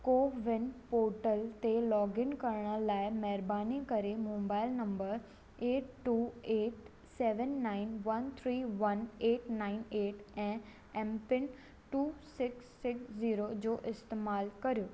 को win portal ते log in करणु लाइ महिरबानी करे मोबाइल नंबरु eight two eight seven nine one three one eight nine eight ऐं MPIN two six six zero जो इस्तेमाल करियो